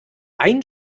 ein